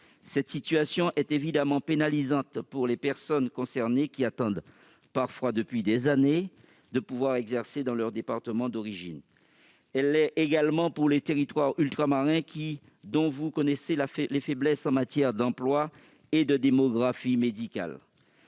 Cette situation est évidemment pénalisante pour les personnes concernées, qui attendent, parfois depuis des années, de pouvoir exercer dans leur département d'origine. Elle l'est également pour les territoires ultramarins, dont vous connaissez les faiblesses en matière d'emploi et de démographie médicale.